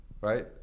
right